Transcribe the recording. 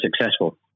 successful